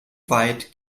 weit